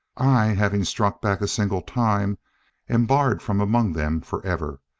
i having struck back a single time am barred from among them forever.